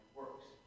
works